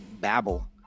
babble